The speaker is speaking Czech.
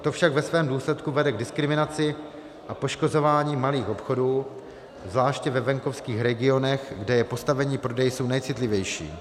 To však ve svém důsledku vede k diskriminaci a poškozování malých obchodů zvláště ve venkovských regionech, kde je postavení prodejců nejcitlivější.